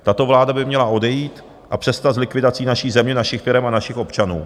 Tato vláda by měla odejít a přestat s likvidací naší země, našich firem a našich občanů.